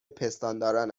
پستانداران